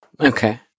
okay